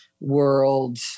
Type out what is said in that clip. world